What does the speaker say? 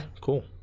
Cool